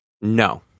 No